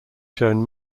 shown